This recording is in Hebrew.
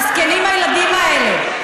מסכנים, הילדים האלה.